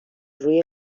روی